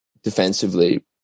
Defensively